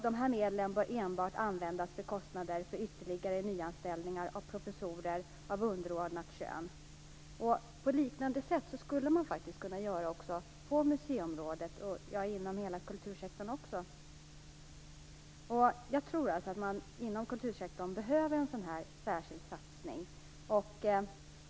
De här medlen bör enbart användas för kostnader för ytterligare nyanställningar av professorer av underordnat kön. På liknande sätt skulle man kunna göra på museiområdet, ja, för den delen inom hela kultursektorn. Jag tror att man inom kultursektorn behöver en sådan här särskild satsning.